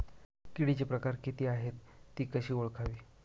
किडीचे किती प्रकार आहेत? ति कशी ओळखावी?